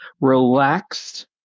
relaxed